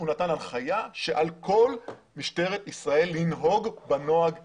נתן הנחיה שעל כל משטרת ישראל לנהוג בנוהג הזה.